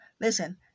listen